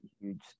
huge